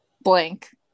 Blank